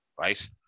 right